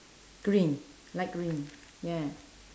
green light green ya